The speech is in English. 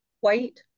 white